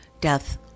death